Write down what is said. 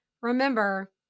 Remember